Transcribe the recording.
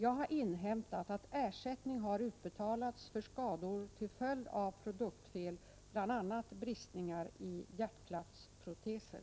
Jag har inhämtat att ersättning har utbetalats för skador till följd av produktfel, bl.a. bristningar i hjärtklaffsproteser.